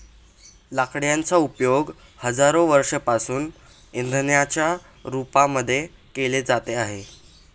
लाकडांचा उपयोग हजारो वर्षांपासून इंधनाच्या रूपामध्ये केला जात आहे